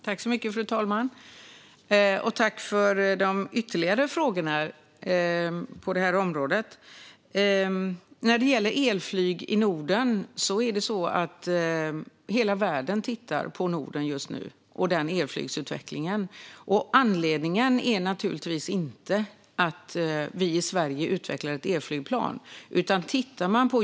Fru talman! Jag tackar ledamoten för ytterligare frågor på detta område. När det gäller elflyg i Norden är det så att hela världen just nu tittar på Norden och elflygsutvecklingen här. Anledningen är naturligtvis inte att vi i Sverige utvecklar ett elflygplan.